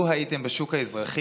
לו הייתם בשוק האזרחי,